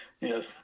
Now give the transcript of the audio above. yes